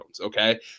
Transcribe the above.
okay